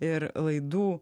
ir laidų